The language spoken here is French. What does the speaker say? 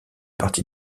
parti